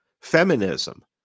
Feminism